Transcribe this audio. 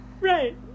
Right